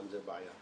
גם זו בעיה.